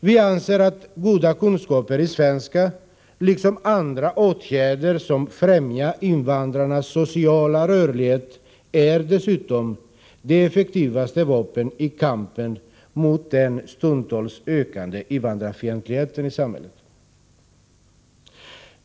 Vi anser dessutom att goda kunskaper i svenska, liksom annat som främjar invandrarnas sociala rörlighet, är det effektivaste vapnet i kampen mot den stundtals ökande invandrarfientligheten i samhället.